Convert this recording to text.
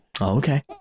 okay